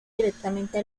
directamente